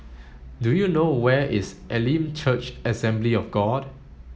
do you know where is Elim Church Assembly of God